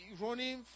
running